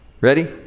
Ready